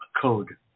code